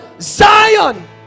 Zion